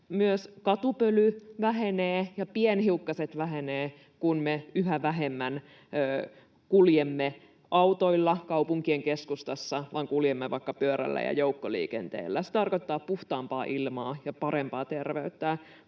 Myös katupöly vähenee ja pienhiukkaset vähenevät, kun me yhä vähemmän kuljemme autoilla kaupunkien keskustassa ja sitä vastoin kuljemme vaikka pyörällä ja joukkoliikenteellä. Se tarkoittaa puhtaampaa ilmaa ja parempaa terveyttä.